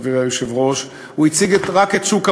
חברי היושב-ראש, רק את שוק המזון.